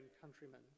countrymen